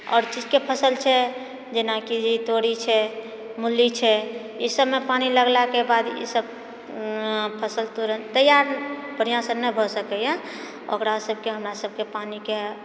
आओर चीजके फसल छै जेनाकि जे तोरी छै मूली छै ई सबमे पानि लगलाके बाद ई सब फसल तुरंत तैयार बढ़िआँसँ नहि भए सकैए ओकरा सबके हमरा सबके पानिके